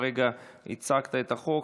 הרגע הצגת את החוק,